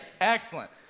Excellent